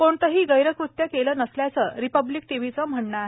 कोणतंही गैरकृत्य केलं नसल्याचं रिपब्लिक टीव्हीचं म्हणणं आहे